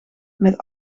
met